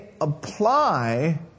apply